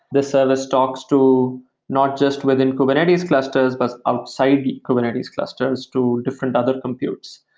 this service talks to not just within kubernetes clusters, but outside the kubernetes clusters, to different other computes.